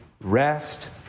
rest